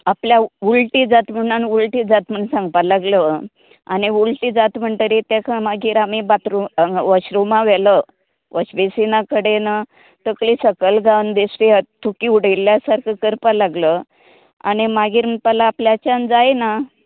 आपल्या उल्टी जाता म्हण उल्टी जाता म्हण सांगपा लागलो आनी उल्टी जाता म्हणटरीत तेका मागीर आमी बातरूमा वोशरूमान वेलो वोश बेसिना कडेन तकली सकयल घान बेश्टी थूकी उडयल्ल्या सारको करपाक लागलो आनी मागीर म्हणपाक लागलो आपल्याचान जायना